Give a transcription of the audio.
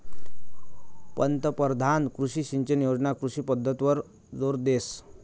पंतपरधान कृषी सिंचन योजना कृषी पद्धतवर जोर देस